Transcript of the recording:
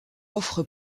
offre